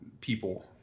people